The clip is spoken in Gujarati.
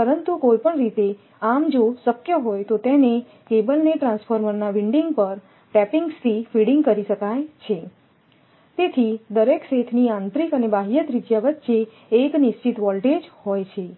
પરંતુ કોઈ પણ રીતે આમ જો શક્ય હોય તો તેને કેબલને ટ્રાન્સફોર્મરના વિન્ડિંગ પર ટેપિંગ્સ થી ફીડિંગ કરી શકાય છે તેથી દરેક સેથની આંતરિક અને બાહ્ય ત્રિજ્યા વચ્ચે એક નિશ્ચિત વોલ્ટેજ હોય છે